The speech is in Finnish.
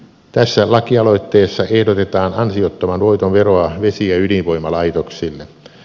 tässä lakialoitteessa ehdotetaan ansiottoman voiton veroa vesi ja ydinvoimalaitoksille